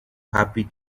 happy